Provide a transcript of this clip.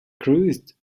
cruised